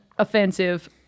offensive